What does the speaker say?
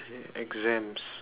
exams